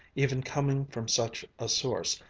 even coming from such a source,